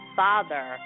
father